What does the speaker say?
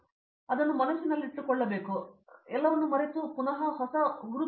ಆದುದರಿಂದ ಅವರು ಎಷ್ಟು ಮನಸ್ಸಿನಲ್ಲಿಟ್ಟುಕೊಳ್ಳಬೇಕು ಎಂಬ ವಿಷಯ